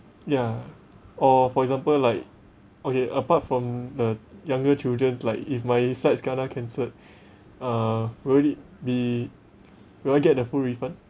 ya or for example like okay apart from the younger children like if my flights kena cancelled uh will it be will I get a full refund